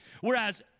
Whereas